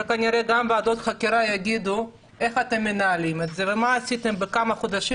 וכנראה גם ועדות חקירה יגידו איך אתם מנהלים אותו ומה עשיתם בחודשים